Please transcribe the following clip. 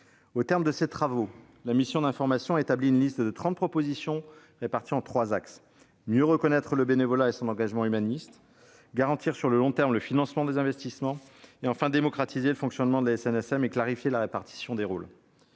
Au terme de ses travaux, la mission d'information a établi une liste de trente propositions réparties en trois grands axes : mieux reconnaître le bénévolat et son engagement humaniste, garantir sur le long terme le financement des investissements et, enfin, démocratiser le fonctionnement de la SNSM et clarifier la répartition des rôles.